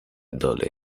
dolly